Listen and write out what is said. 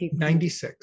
96